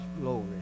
glory